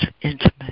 intimate